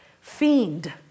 fiend